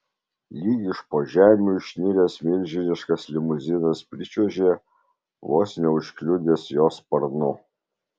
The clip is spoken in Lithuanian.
lyg iš po žemių išniręs milžiniškas limuzinas pričiuožė vos neužkliudęs jo sparnu